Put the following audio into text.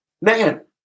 man